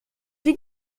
wie